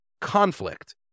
conflict